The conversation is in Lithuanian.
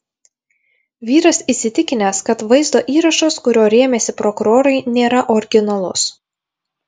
vyras įsitikinęs kad vaizdo įrašas kuriuo rėmėsi prokurorai nėra originalus